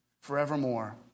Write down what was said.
forevermore